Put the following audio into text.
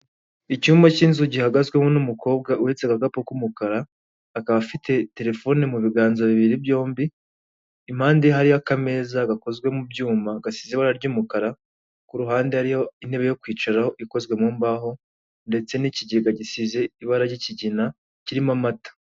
icyumba cy'inzu gihagazwemo n'umukobwa uhetse agakapu k'umukara, akaba afite telefone mu biganza bibiri byombi impande hari akameza gakozwe mu byuma gasize ibara ry'umukara ku ruhande hariyo intebe yo kwicaraho ikozwe mu mbaho ndetse n'ikigega gisize ibara ry'ikigina kirimo amata.